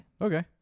Okay